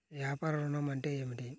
వ్యాపార ఋణం అంటే ఏమిటి?